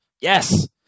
yes